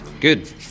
Good